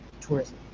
tourism